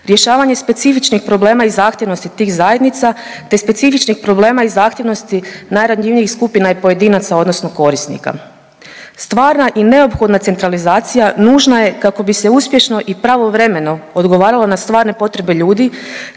rješavanje specifičnih problema i zahtjevnosti tih zajednica, te specifičnih problema i zahtjevnosti najranjivijih skupina i pojedinaca odnosno korisnika. Stvarna i neophodna centralizacija nužna je kako bi se uspješno i pravovremeno odgovaralo na stvarne potrebe ljudi,